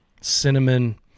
cinnamon